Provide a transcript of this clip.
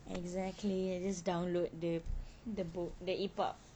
exactly you just download the the book the E book